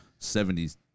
70s